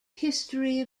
history